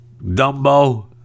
Dumbo